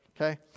Okay